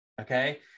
okay